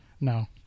no